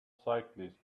cyclists